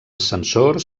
ascensor